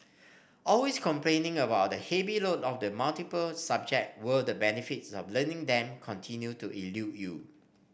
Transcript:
always complaining about the heavy load of the multiple subject where the benefits of learning them continue to elude you